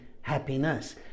happiness